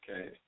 Okay